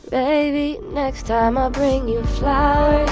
baby, next time, i'll bring you flowers.